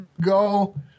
go